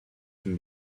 can